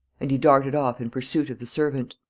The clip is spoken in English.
and he darted off in pursuit of the servant.